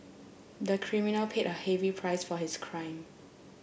the criminal paid a heavy price for his crime